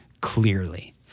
clearly